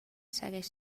segueix